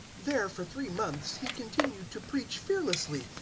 there for three months he continued to preach fearlessly,